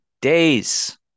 days